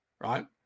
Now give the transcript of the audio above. right